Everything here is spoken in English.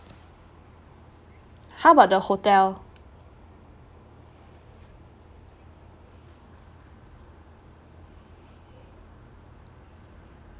how about the hotel